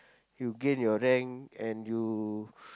you gain your rank and you